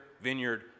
vineyard